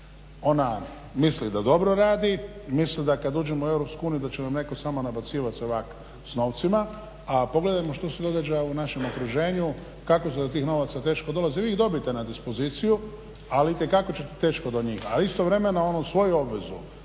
ona misli da dobro radi, misli da kad uđemo u EU da će nam netko samo nabacivati se ovako s novcima, a pogledajmo što se događa u našem okruženju, kako se do tih novaca teško dolazi. Vi ih dobijete na dispoziciju, ali itekako ćete teško do njih. A istovremeno onu svoju obvezu